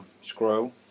scroll